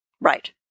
Right